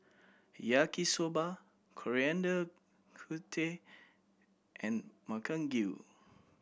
Yaki Soba Coriander and Makchang Gui